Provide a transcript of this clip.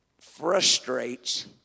frustrates